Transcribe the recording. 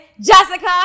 Jessica